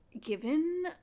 Given